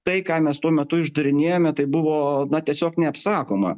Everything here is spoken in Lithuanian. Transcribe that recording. tai ką mes tuo metu išdarinėjome tai buvo tiesiog neapsakoma